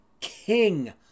King